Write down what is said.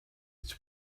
its